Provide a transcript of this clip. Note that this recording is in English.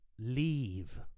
leave